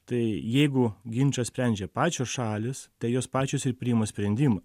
tai jeigu ginčą sprendžia pačios šalys tai jos pačios ir priima sprendimą